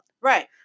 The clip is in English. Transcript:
Right